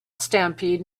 stampede